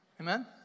Amen